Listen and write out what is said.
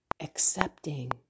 accepting